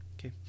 okay